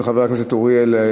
חבר הכנסת אורי אריאל,